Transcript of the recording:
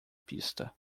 pista